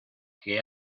que